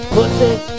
Pussy